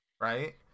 right